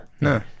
no